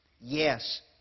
Yes